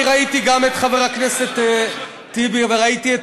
אני ראיתי גם את חבר הכנסת טיבי וראיתי,